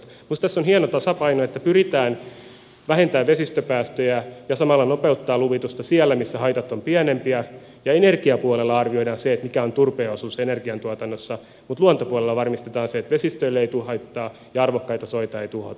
minusta tässä on hieno tasapaino että pyritään vähentämään vesistöpäästöjä ja samalla nopeuttamaan luvitusta siellä missä haitat ovat pienempiä ja energiapuolella arvioidaan se mikä on turpeen osuus energiantuotannossa mutta luontopuolella varmistetaan se että vesistöille ei tule haittaa ja arvokkaita soita ei tuhota